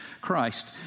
Christ